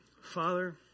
father